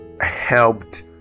helped